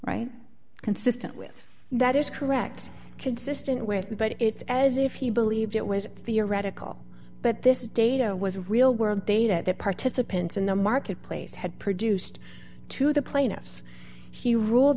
right consistent with that is correct consistent with but it's as if he believed it was theoretical but this data was real world data that participants in the marketplace had produced to the plaintiffs he ruled